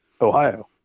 Ohio